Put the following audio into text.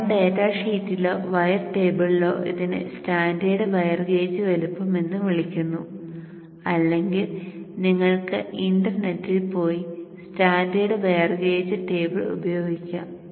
wire data ഷീറ്റിലോ wire ടേബിളിലോ ഇതിനെ സ്റ്റാൻഡേർഡ് വയർ ഗേജ് വലുപ്പം എന്ന് വിളിക്കുന്നു അല്ലെങ്കിൽ നിങ്ങൾക്ക് ഇന്റർനെറ്റിൽ പോയി സ്റ്റാൻഡേർഡ് വയർ ഗേജ് ടേബിൾ ഉപയോഗിക്കാം